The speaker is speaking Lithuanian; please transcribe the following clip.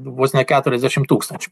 vos ne keturiasdešim tūkstančių